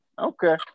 okay